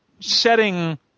setting